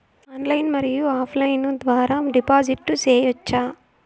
Online మరియు offline ద్వారా డిపాజిట్లు సేయొచ్చా?